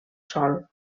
sòl